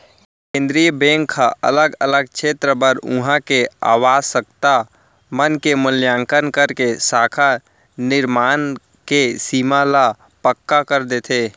केंद्रीय बेंक ह अलग अलग छेत्र बर उहाँ के आवासकता मन के मुल्याकंन करके साख निरमान के सीमा ल पक्का कर देथे